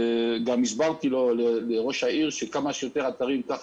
גם הסברתי לראש העיר שככל שיש יותר אתרים יש יותר